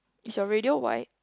is your radio white